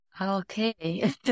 Okay